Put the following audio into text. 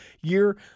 year